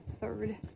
third